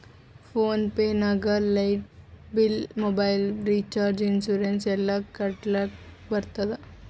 phone pay ನಾಗ್ light bill, mobile recharge, insurance ಎಲ್ಲಾ ಕಟ್ಟಲಕ್ ಬರ್ತುದ್